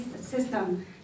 system